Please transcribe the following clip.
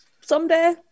someday